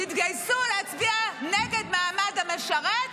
תתגייסו להצביע נגד מעמד המשרת,